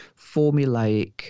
formulaic